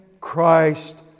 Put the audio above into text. Christ